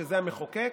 שזה המחוקק,